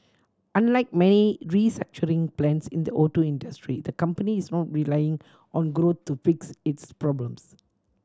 unlike many restructuring plans in the auto industry the company is not relying on growth to fix its problems